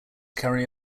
carry